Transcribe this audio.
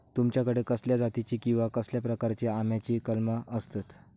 तुमच्याकडे कसल्या जातीची किवा कसल्या प्रकाराची आम्याची कलमा आसत?